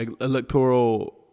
electoral